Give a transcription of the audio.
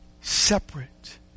separate